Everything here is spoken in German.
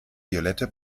violette